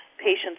Patients